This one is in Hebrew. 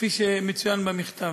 כפי שמצוין במכתב.